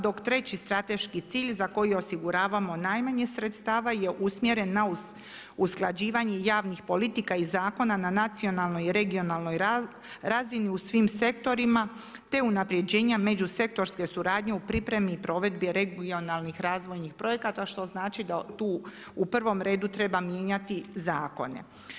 Dok treći strateški cilj za koji osiguravamo najmanje sredstava je usmjeren na usklađivanje javnih politika i zakona na nacionalnoj i regionalnoj razini u svim sektorima, te unaprijeđena međusektorske suradnje u pripremi i provedbi regionalnih razvojnih projekata, što znači da tu u prvom redu treba mijenjati zakone.